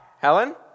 Helen